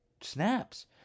snaps